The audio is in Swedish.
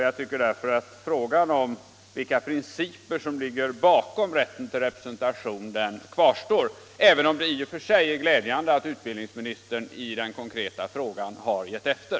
Jag tycker därför att frågan om vilka principer som ligger bakom rätten till representation kvarstår, även om det i och för sig är glädjande att utbildningsministern i den konkreta frågan har gett efter.